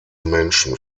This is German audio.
menschen